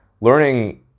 Learning